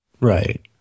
right